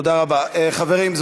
חברים,